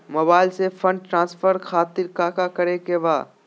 Mobile से fund transfer खातिर काका करे के बा?